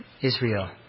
Israel